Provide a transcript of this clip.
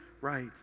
right